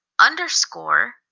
underscore